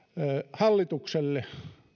hallitukselle